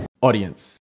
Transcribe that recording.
audience